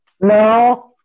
No